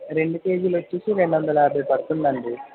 రెండు కేజీలు వచ్చి రెండు వందల యాభై పడుతుంది అండి